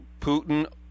Putin